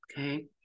Okay